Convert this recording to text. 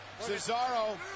Cesaro